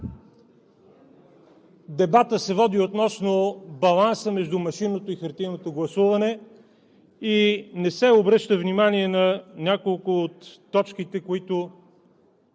дебатът се води относно баланса между машинното и хартиеното гласуване. Не се обръща внимание на няколко от точките, които